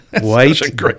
white